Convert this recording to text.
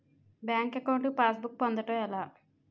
Bank account కి pass book పొందడం ఎలా?